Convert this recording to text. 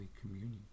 Communion